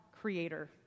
creator